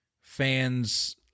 fans